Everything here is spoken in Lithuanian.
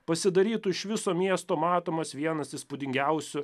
pasidarytų iš viso miesto matomas vienas įspūdingiausių